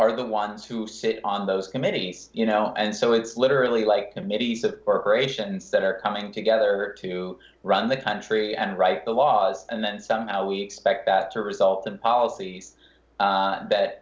are the ones who sit on those committees you know and so it's literally like committee for asians that are coming together to run the country and write the laws and then somehow we expect that to result in policy that